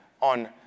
on